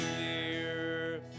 Year